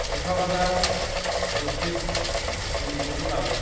শিক্ষকতা বৃত্তিত নিযুক্তি পালোঁ